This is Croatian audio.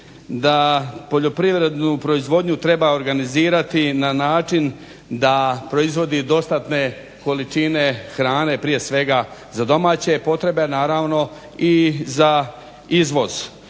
da poljoprivrednu proizvodnju treba organizirati na način da proizvodi dostatne količine hrane, prije svega za domaće potrebe, naravno i za izvoz.